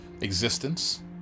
existence